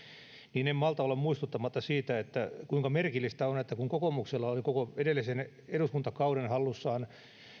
niin en malta olla muistuttamatta siitä kuinka merkillistä on että kun kokoomuksella oli koko edellisen eduskuntakauden hallussaan